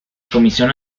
comisión